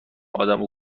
آدمو